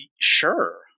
Sure